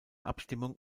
abstimmung